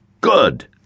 good